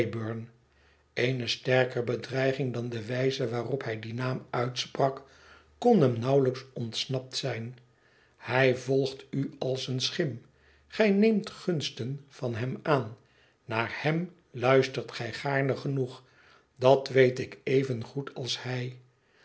eene sterker bedreiging dan de wijze waarop hij dien naam uitsprak kon hem nauwelijks ontsnapt zijn hij volgt u als eene schim gij neemt gunsten van hem aan naar hem luistert gij gaarne genoeg dat weet ik evengoed als hij